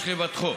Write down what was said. יש לבטחו.